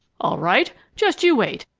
all right! just you wait!